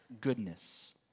goodness